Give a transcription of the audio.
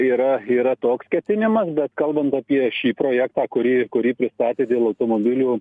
yra yra toks ketinimas bet kalbant apie šį projektą kurį kurį pristatė dėl automobilių